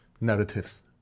narratives